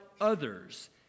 others